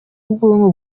ubwonko